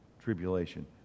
tribulation